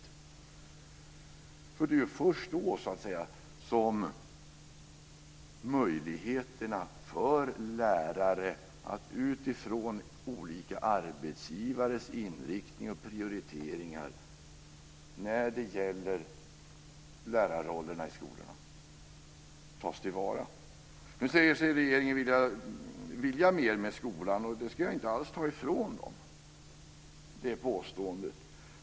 Det är ju först då som möjligheterna för lärare, utifrån olika arbetsgivares inriktning och prioriteringar när det gäller lärarrollerna i skolan, tas till vara. Nu säger sig regeringen vilja mer med skolan, och jag ska inte alls motsäga detta påstående.